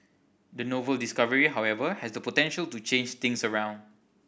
the novel discovery however has the potential to change things around